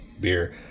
beer